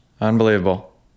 Unbelievable